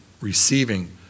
receiving